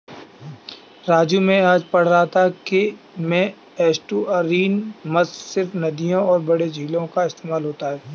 राजू मैं आज पढ़ रहा था कि में एस्टुअरीन मत्स्य सिर्फ नदियों और बड़े झीलों का इस्तेमाल होता है